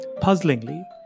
puzzlingly